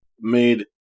made